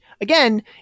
again